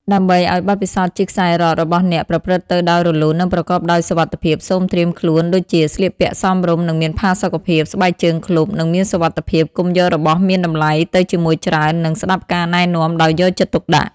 ដើម្បីឱ្យបទពិសោធន៍ជិះខ្សែរ៉ករបស់អ្នកប្រព្រឹត្តទៅដោយរលូននិងប្រកបដោយសុវត្ថិភាព សូមត្រៀមខ្លួនដូចជាស្លៀកពាក់សមរម្យនិងមានផាសុកភាព ស្បែកជើងឃ្លុប និងមានសុវត្ថិភាព កុំយករបស់មានតម្លៃទៅជាមួយច្រើន និងស្ដាប់ការណែនាំដោយយកចិត្តទុកដាក់។